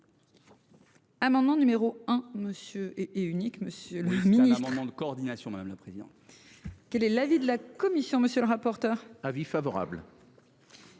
Amendement numéro un monsieur et et unique, monsieur le ministre, de coordination, madame la présidente. Quel est l'avis de la commission. Monsieur le rapporteur. Avis favorable.